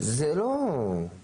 זה לא קנביס.